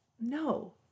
No